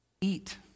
Eat